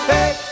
Hey